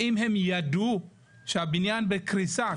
האם הם ידעו שהבניין בקריסה.